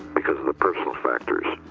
because of the personal factors.